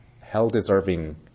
hell-deserving